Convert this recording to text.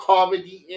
Comedy